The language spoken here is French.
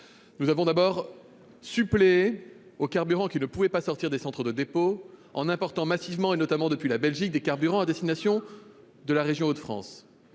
Nous avons d'abord suppléé le carburant qui ne pouvait pas sortir des centres de dépôt en important massivement, notamment depuis la Belgique, du carburant à destination de la région des Hauts-de-France.